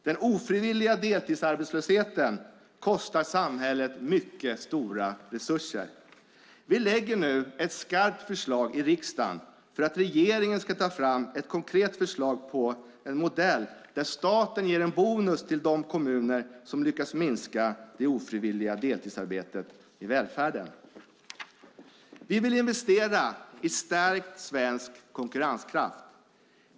Den ofrivilliga deltidsarbetslösheten kostar samhället mycket stora resurser. I riksdagen lägger vi nu fram ett skarpt förslag. Vi vill att regeringen tar fram ett konkret förslag till en modell där staten ger en bonus till de kommuner som lyckas minska det ofrivilliga deltidsarbetet i välfärden. Vi vill investera i en stärkt svensk konkurrenskraft.